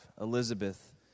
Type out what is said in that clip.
Elizabeth